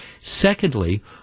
Secondly